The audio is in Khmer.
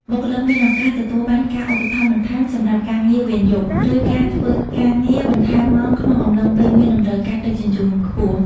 បុគ្គលិកមានឱកាសទទួលបានការឧបត្ថម្ភបន្ថែមសម្រាប់ការងារវេនយប់ ឬការធ្វើការងារបន្ថែមម៉ោងក្នុងកំឡុងពេលមានតម្រូវការដឹកជញ្ជូនខ្ពស់។